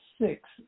six